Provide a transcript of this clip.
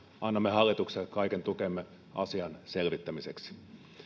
annamme hallitukselle kaiken tukemme asian selvittämiseksi